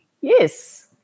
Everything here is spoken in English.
Yes